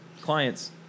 clients